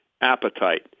appetite